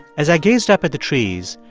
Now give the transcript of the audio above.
as i gazed up at the trees,